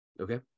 Okay